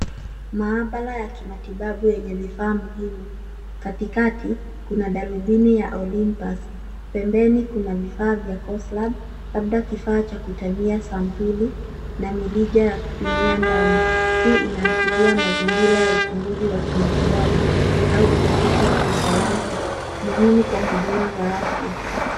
Maabara ya kimatibabu yenye vifaa muhimu, katikati kuna darbuni ya Olympus. Pembeni kuna vifaa vya Koslab labda kifaa cha kutania sampuli na mirija ya kupimia damu. Hii inaashiria mazingira ya uchunguzi wa kimatibabu au utafiti wa kisayansi, muhimu kwa huduma za afya.